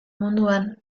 munduan